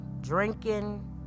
drinking